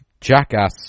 jackass